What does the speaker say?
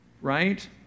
right